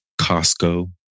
Costco